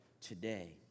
today